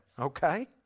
okay